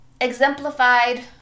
exemplified